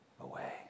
away